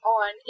on